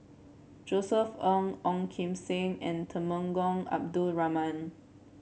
Josef Ng Ong Kim Seng and Temenggong Abdul Rahman